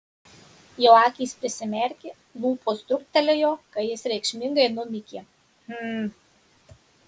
jo akys prisimerkė lūpos truktelėjo kai jis reikšmingai numykė hm